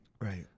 right